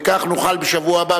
וכך נוכל בשבוע הבא,